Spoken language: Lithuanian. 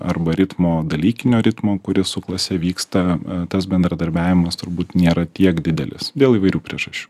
arba ritmo dalykinio ritmo kuris su klase vyksta tas bendradarbiavimas turbūt nėra tiek didelis dėl įvairių priežasčių